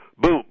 boom